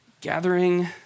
Gathering